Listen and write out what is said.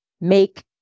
make